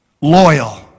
loyal